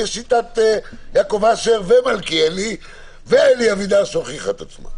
ויש שיטת יעקב אשר ומלכיאלי ואלי אבידר שהוכיחה את עצמה.